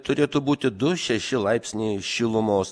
turėtų būti du šeši laipsniai šilumos